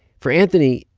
for anthony,